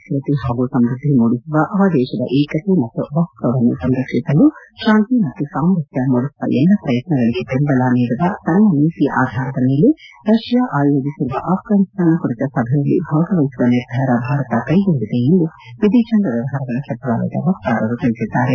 ಶ್ಯಿರತೆ ಹಾಗೂ ಸಮ್ಯದ್ಧಿ ಮೂಡಿಸುವ ಆ ದೇಶದ ಏಕತೆ ಮತ್ತು ಬಹುತ್ವವನ್ನು ಸಂರಕ್ಷಿಸಲು ಶಾಂತಿ ಮತ್ತು ಸಾಮರಸ್ಯ ಮೂಡಿಸುವ ಎಲ್ಲ ಪ್ರಯತ್ನಗಳಿಗೆ ಬೆಂಬಲ ನೀಡುವ ತನ್ನ ನೀತಿಯ ಆಧಾರದ ಮೇಲೆ ರಷ್ಯಾ ಆಯೋಜಿಸಿರುವ ಅಫ್ಘಾನಿಸ್ತಾನ ಕುರಿತ ಸಭೆಯಲ್ಲಿ ಭಾಗವಹಿಸುವ ನಿರ್ಧಾರ ಭಾರತ ಕೈಗೊಂಡಿದೆ ಎಂದು ವಿದೇಶಾಂಗ ವ್ಯವಹಾರಗಳ ಸಚಿವಾಲಯದ ವಕ್ತಾರರು ತಿಳಿಸಿದ್ದಾರೆ